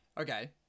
Okay